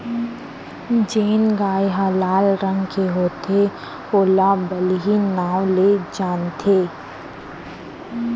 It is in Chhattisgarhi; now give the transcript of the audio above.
जेन गाय ह लाल रंग के होथे ओला बलही नांव ले जानथें